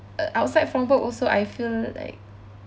uh outside from work also I feel like